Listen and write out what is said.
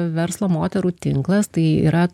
verslo moterų tinklas tai yra